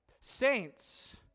saints